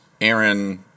Aaron